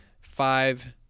Five